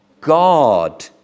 God